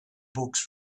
books